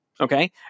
okay